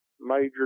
major